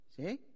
see